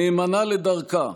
נאמנה לדרכה,